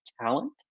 talent